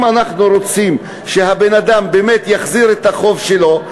אם אנחנו רוצים שהבן-אדם באמת יחזיר את החוב שלו,